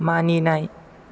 मानिनाय